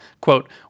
Quote